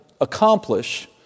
accomplish